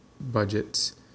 budgets